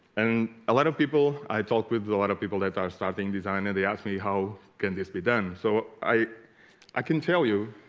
and a lot of people i talk with a lot of people that are starting designer they ask me how can this be done so i i can tell you